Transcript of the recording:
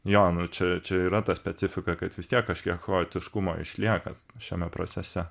jo čia čia yra ta specifika kad vis tiek kažkiek chaotiškumo išlieka šiame procese